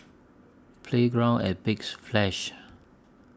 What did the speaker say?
Playground At Big Splash